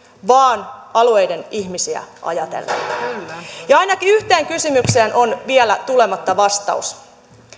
vaan alueiden ihmisiä ajatellen ja ainakin yhteen kysymykseen on vielä tulematta vastaus